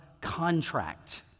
contract